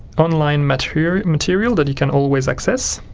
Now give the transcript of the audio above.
online material material that you can always access.